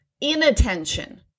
inattention